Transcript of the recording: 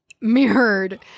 mirrored